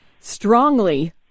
strongly